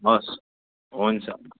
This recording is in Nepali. हस् हुन्छ